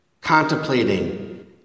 Contemplating